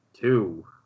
two